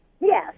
Yes